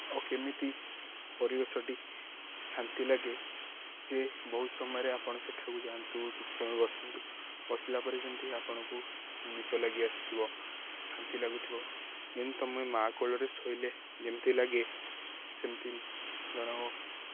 ଆଉ କେମିତି ପରିବେଶଟି ଶାନ୍ତି ଲାଗେ ଯେ ବହୁତ ସମୟରେ ଆପଣ ସେଠାକୁ ଯାଆନ୍ତୁ କିଛି ସମୟ ବସନ୍ତୁ ବସିଲା ପରେ ଯେମିତି ଆପଣଙ୍କୁ ନିଦ ଲାଗି ଆସୁଥିବ ଶାନ୍ତି ଲାଗୁଥିବ ଯେମିତି ତମେ ମାଆ କୋଳରେ ଶୋଇଲେେ ଯେମିତି ଲାଗେ ସେମିତି ଜଣ